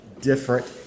different